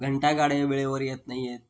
घंटा गाड्या वेळेवर येत नाही आहेत